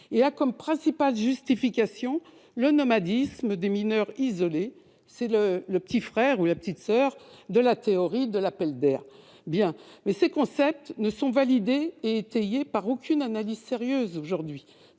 Il a comme principale justification le nomadisme des mineurs isolés, petit frère- ou petite soeur -de la théorie de l'appel d'air. Or ces concepts ne sont ni validés ni étayés par aucune analyse sérieuse, ni